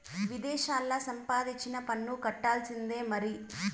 విదేశాల్లా సంపాదించినా పన్ను కట్టాల్సిందే మరి